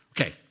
Okay